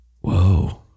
Whoa